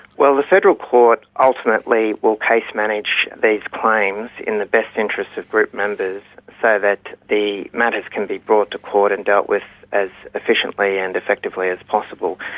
well, the federal court ultimately will case manage these claims in the best interests of group members so that the matters can be brought to court and dealt with as efficiently and effectively as possible.